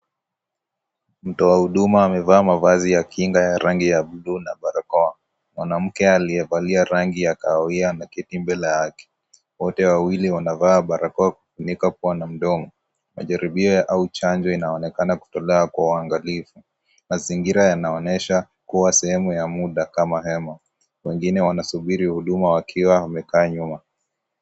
Mtu wa huduma amevaa mavazi ya kinga ya rangi ya buluu na barakoa. Mwanamke aliyevalia rangi ya kahawia ameketi mbele yake. Wote wawili wanavaa barakoa kufunika pua na mdomo. Majaribio au chanjo inaonekana kutolewa kwa uangalifu. Mazingira yanaonesha kuwa sehemu ya muda kama hema. Wengine wanasubiri huduma wakiwa wamekaa nyuma.